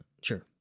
sure